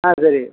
ஆ சரி